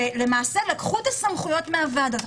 למעשה לקחו את הסמכויות מהוועדות.